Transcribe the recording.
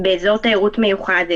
אזור תיירות מיוחד,